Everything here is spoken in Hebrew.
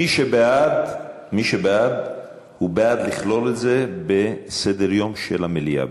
מי שבעד הוא בעד לכלול את זה בסדר-היום של המליאה.